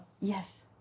Yes